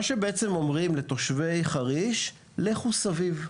מה שבעצם אומרים לתושבי חריש זה לכו סביב,